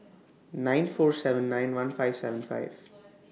nine four seven nine one five seven five